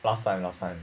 last time last time